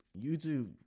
YouTube